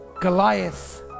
Goliath